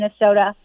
Minnesota